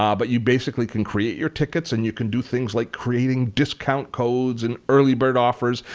um but you basically can create your tickets and you can do things like creating discount codes and early bird offers.